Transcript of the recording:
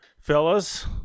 fellas